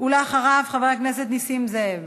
אחריו, חבר הכנסת נסים זאב.